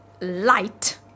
light